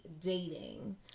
dating